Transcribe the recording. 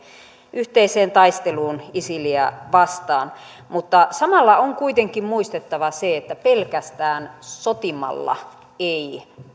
yhteiseen taisteluun isiliä vastaan mutta samalla on kuitenkin muistettava se että pelkästään sotimalla ei